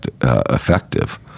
effective